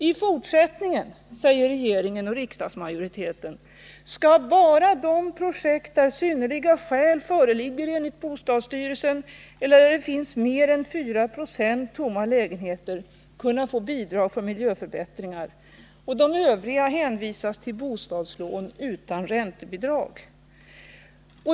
I fortsättningen, säger regeringen och riksdagsmajoriteten, skall bara de projekt där synnerliga skäl enligt bostadsstyrelsen föreligger eller där det finns mer än 4 26 tomma lägenheter kunna få bidrag för miljöförbättringar. De övriga hänvisas till bostadslån utan räntebidrag.